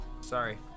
Sorry